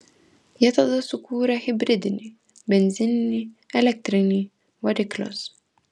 jie tada sukūrė hibridinį benzininį elektrinį variklius